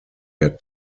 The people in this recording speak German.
der